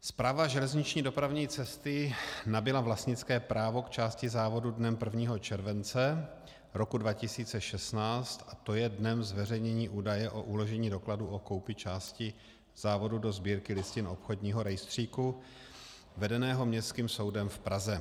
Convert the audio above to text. Správa železniční dopravní cesty nabyla vlastnické právo k části závodu dnem 1. července roku 2016, to je dnem zveřejnění údaje o uložení dokladu o koupi části závodu do Sbírky listin obchodního rejstříku vedeného Městským soudem v Praze.